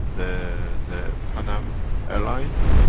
the the pan am airline,